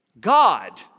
God